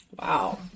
Wow